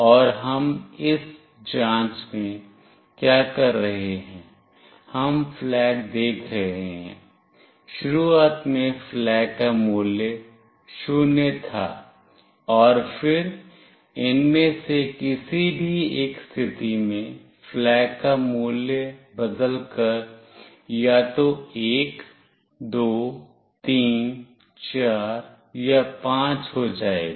और हम इस जाँच में क्या कर रहे हैं हम flag देख रहे हैं शुरुआत में flag का मूल्य 0 था और फिर इनमें से किसी भी एक स्थिति में flag का मूल्य बदल कर या तो 1 2 3 4 या 5 हो जाएगा